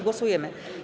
Głosujemy.